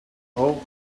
all